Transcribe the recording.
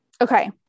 okay